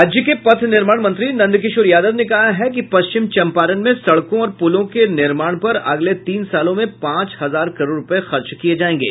राज्य के पथ निर्माण मंत्री नंदकिशोर यादव ने कहा है कि पश्चिम चंपारण में सड़कों और पुलों के निर्माण पर अगले तीन सालों में पांच हजार करोड़ रूपये खर्च किये जायेंगे